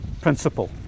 principle